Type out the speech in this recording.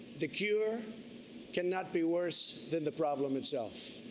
the cure cannot be worse than the problem itself.